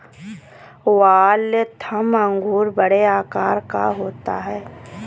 Waltham अंगूर बड़े आकार का होता है